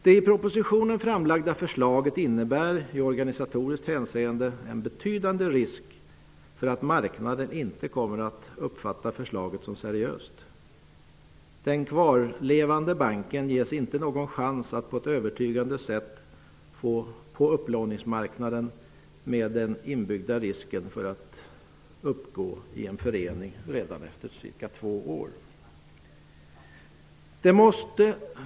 Det i propositionen framlagda förslaget innebär i organisatoriskt hänseende en betydande risk för att marknaden inte kommer att uppfatta förslaget som seriöst. Den kvarlevande banken ges inte någon chans att på ett övertygande sätt arbeta på upplåningsmarknaden med den inbyggda risken för att uppgå i en förening redan efter cirka två år.